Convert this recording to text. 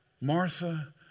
Martha